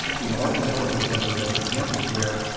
you know orphanetwork is one of the best examples where,